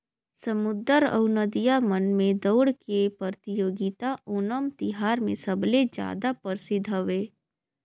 समुद्दर अउ नदिया मन में दउड़ के परतियोगिता ओनम तिहार मे सबले जादा परसिद्ध हवे